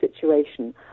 situation